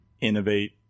innovate